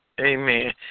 Amen